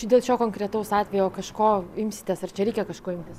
dėl šio konkretaus atvejo kažko imsitės ar čia reikia kažko imtis